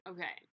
Okay